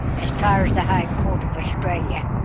as far as the high court of australia.